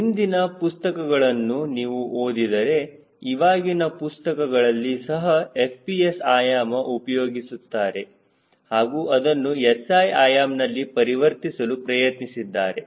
ಹಿಂದಿನ ಪುಸ್ತಕಗಳನ್ನು ನೀವು ಓದಿದರೆ ಇವಾಗಿನ ಪುಸ್ತಕಗಳಲ್ಲಿ ಸಹ FPS ಆಯಾಮ ಉಪಯೋಗಿಸುತ್ತಾರೆ ಹಾಗೂ ಅದನ್ನು SI ಆಯಾಮನಲ್ಲಿ ಪರಿವರ್ತಿಸಲು ಪ್ರಯತ್ನಿಸಿದ್ದಾರೆ